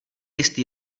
jistý